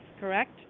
correct